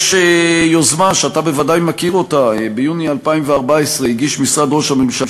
יש יוזמה שאתה בוודאי מכיר: ביוני 2014 הגיש משרד ראש הממשלה,